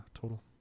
total